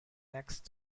next